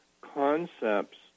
concepts